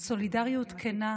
סולידריות כנה